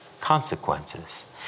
consequences